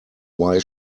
why